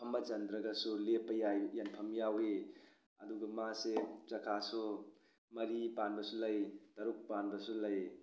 ꯐꯝꯕ ꯆꯟꯗ꯭ꯔꯒꯁꯨ ꯂꯦꯞꯄ ꯌꯥꯏ ꯌꯥꯟꯐꯝ ꯌꯥꯎꯋꯤ ꯑꯗꯨꯒ ꯃꯥꯁꯦ ꯆꯥꯀꯁꯨ ꯃꯔꯤ ꯄꯥꯟꯕꯁꯨ ꯂꯩ ꯇꯔꯨꯛ ꯄꯥꯟꯕꯁꯨ ꯂꯩ